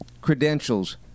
Credentials